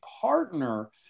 partner